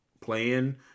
Playing